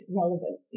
relevant